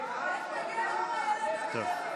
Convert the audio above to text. אחד שיקום ויגנה סרבנות.